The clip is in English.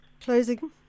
Closing